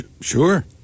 Sure